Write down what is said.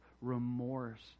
remorse